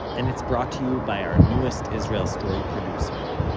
and it's brought to you by our newest israel story producer,